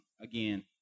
again